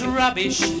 rubbish